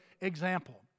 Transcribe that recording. example